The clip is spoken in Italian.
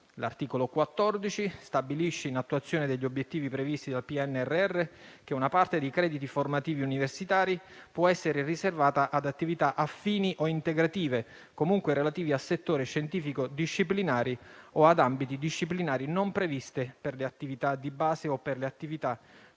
L'articolo 14 stabilisce, in attuazione degli obiettivi previsti dal PNRR, che una parte dei crediti formativi universitari può essere riservata ad attività affini o integrative, comunque relative a settori scientifico-disciplinari o ad ambiti disciplinari non previsti per le attività di base o per le attività